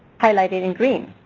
highlighted in green.